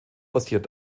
basiert